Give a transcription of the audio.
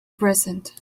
present